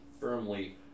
firmly